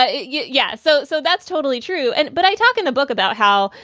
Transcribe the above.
ah yeah yeah. so. so that's totally true. and but i talk in the book about how.